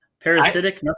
parasitic